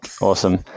awesome